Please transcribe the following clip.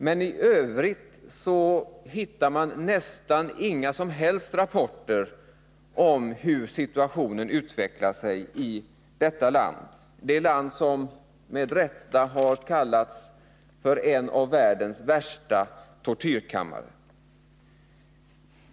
Men i övrigt hittar man nästan inga som helst rapporter om hur situationen utvecklar sig i detta land — det land som med rätta har kallats för en av världens värsta tortyrkammare.